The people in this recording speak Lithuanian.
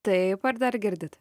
taip ar dar girdit